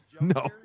No